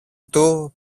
του